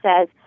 says